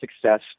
success